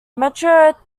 metro